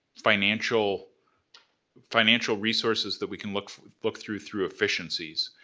financial financial resources that we can look look through through efficiencies.